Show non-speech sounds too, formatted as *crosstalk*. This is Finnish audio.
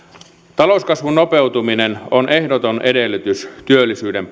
talouskasvun nopeutuminen on ehdoton edellytys työllisyyden *unintelligible*